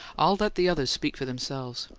i'll let the others speak for themselves.